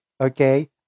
okay